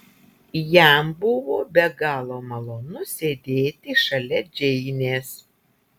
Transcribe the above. jam buvo be galo malonu sėdėti šalia džeinės